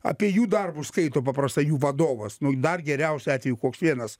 apie jų darbus skaito paprastai jų vadovas dar geriausiu atveju koks vienas